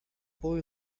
boy